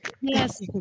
Yes